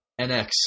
NX